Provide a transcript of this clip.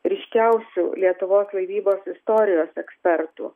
ryškiausių lietuvos laivybos istorijos ekspertų